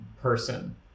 person